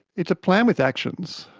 it's a plan with actions,